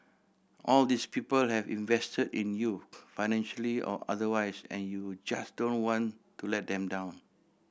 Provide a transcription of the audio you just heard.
all these people have invested in you financially or otherwise and you just don't want to let them down